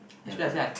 ya correct